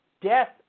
death